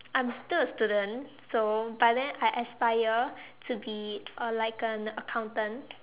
I'm still a student so but then I aspire to be a like an accountant